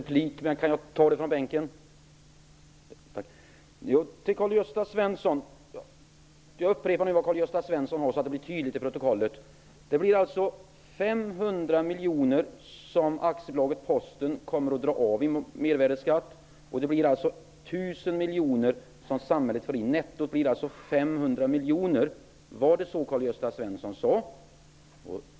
Fru talman! Jag upprepar nu vad Karl-Gösta Svenson sade så att det blir tydligt i protokollet: Aktiebolaget Posten kommer att dra av 500 miljoner i mervärdesskatt. Samhället får in 1 000 miljoner. Nettot blir alltså 500 miljoner. Var det så Karl-Gösta Svenson sade?